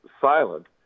silent